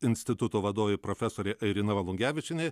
instituto vadovė profesorė airina valungevičienė